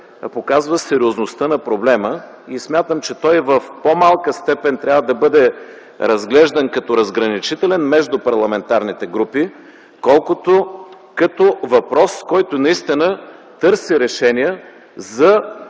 показва сериозността на проблема и смятам, че той в по-малка степен трябва да бъде разглеждан като разграничителен между парламентарните групи, отколкото като въпрос, който наистина търси решения за